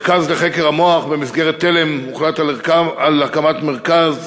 מרכז לחקר המוח במסגרת תל"מ, הוחלט על הקמת מרכז